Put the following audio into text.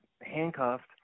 handcuffed